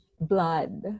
blood